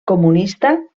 comunista